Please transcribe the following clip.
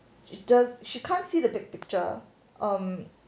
she just she can't see the big picture